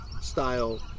style